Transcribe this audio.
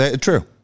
true